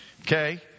Okay